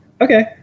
Okay